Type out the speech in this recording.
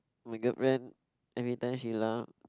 my girlfriend every time she laugh